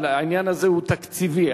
העניין הזה הוא תקציבי,